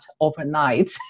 overnight